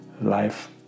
life